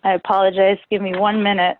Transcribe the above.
i apologize give me one minute